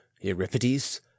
euripides